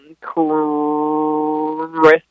Christmas